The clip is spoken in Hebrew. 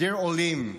dear Olim,